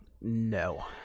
No